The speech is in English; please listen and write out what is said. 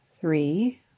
three